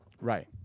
Right